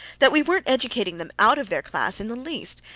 that we weren't educating them out of their class in the least.